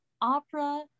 opera